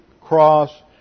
cross